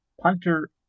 Punter